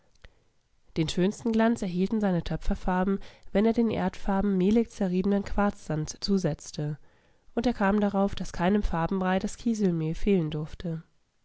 den schönsten glanz erhielten seine töpferfarben wenn er den erdfarben mehlig zerriebenen quarzsand zusetzte und er kam darauf daß keinem farbenbrei das kieselmehl fehlen durfte